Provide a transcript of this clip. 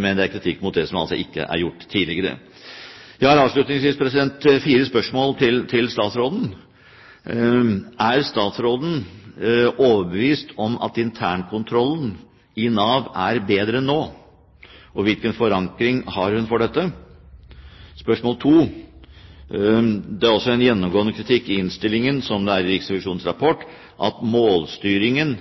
men kritikk mot det som ikke er gjort tidligere. Jeg har avslutningsvis fire spørsmål til statsråden: Er statsråden overbevist om at internkontrollen i Nav er bedre nå, og hvilken forankring har hun for dette? Det er også en gjennomgående kritikk i innstillingen, som det er i Riksrevisjonens rapport, at målstyringen